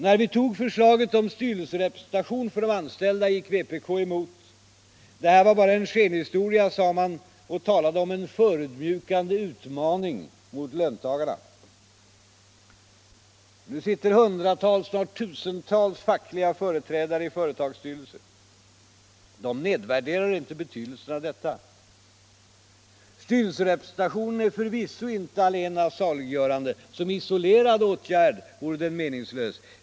När vi tog förslaget om styrelserepresentation för de anställda gick vpk emot. Det här var bara en skenhistoria, sade man, och talade om en förödmjukande utmaning mot löntagarna. Nu sitter hundratals, snart tusentals, fackliga företrädare i företagsstyrelser. De nedvärderar inte betydelsen av detta. Styrelserepresentationen är förvisso inte allena saliggörande. Som isolerad åtgärd vore den meningslös.